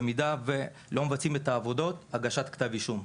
במידה ולא מבצעים את העבודות הגשת כתב אישום.